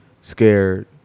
scared